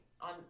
on –